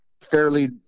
fairly